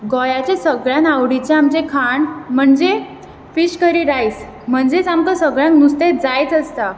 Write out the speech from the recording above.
गोंयाचे सगळ्यांत आवडीचे आमचेे खाण म्हणजे फिश करी रायस म्हणजेच आमकां सगळ्यांक नुस्तें जायच आसता